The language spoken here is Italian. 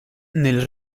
nel